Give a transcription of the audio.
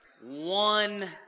One